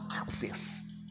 access